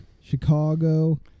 Chicago